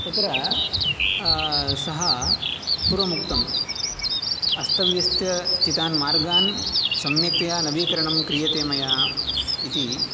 तत्र सः पूर्वमुक्तम् अस्तव्यस्तस्थितान् मार्गान् सम्यक्तया नवीकरणं क्रियते मया इति